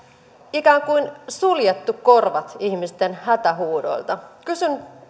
ikään kuin suljettu korvat ihmisten hätähuudoilta kysyn